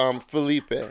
Felipe